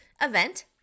event